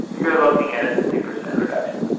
you're looking at a fifty percent reduction.